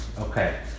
Okay